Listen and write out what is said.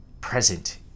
present